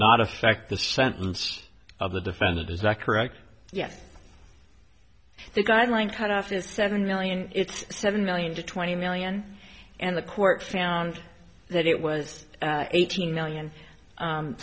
not affect the sentence of the defendant is that correct yes the guideline cut off is seven million it's seven million to twenty million and the court found that it was eighteen million